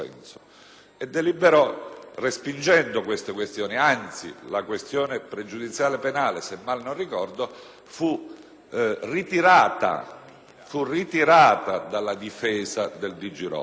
senso di respingere queste questioni e, anzi, la questione pregiudiziale penale, se mal non ricordo, fu ritirata dalla difesa del Di Girolamo.